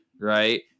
right